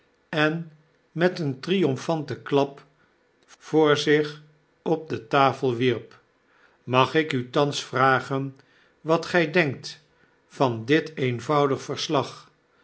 en met een triomfanten klap voor zich op de tafel wierp mag ik u thans vragen wat gij denkt van dit eenvoudig verslag